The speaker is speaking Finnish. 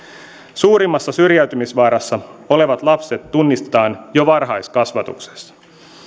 suurimmassa syrjäytymisvaarassa olevat lapset tunnistetaan jo varhaiskasvatuksessa